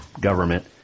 government